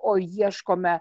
o ieškome